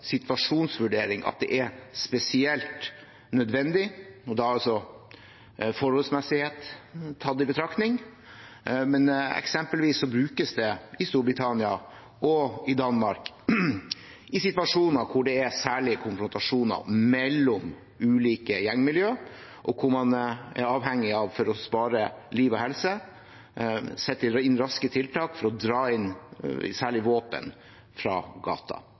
situasjonsvurdering av at det er spesielt nødvendig, og da er altså forholdsmessighet tatt i betraktning. Eksempelvis brukes det i Storbritannia og i Danmark i situasjoner der det særlig er konfrontasjoner mellom ulike gjengmiljøer, og hvor man for å spare liv og helse er avhengig av å sette inn raske tiltak for å dra inn særlig våpen fra gata.